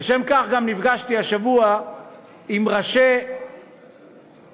לשם כך גם נפגשתי השבוע עם ראשי ארגון